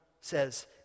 says